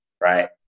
right